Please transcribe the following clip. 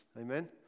Amen